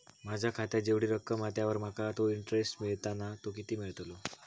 माझ्या खात्यात जेवढी रक्कम हा त्यावर माका तो इंटरेस्ट मिळता ना तो किती मिळतलो?